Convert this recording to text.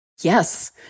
Yes